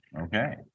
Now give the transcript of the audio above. Okay